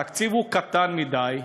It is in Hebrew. התקציב קטן מדי.